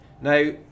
Now